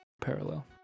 Parallel